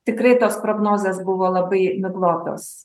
tikrai tos prognozės buvo labai miglotos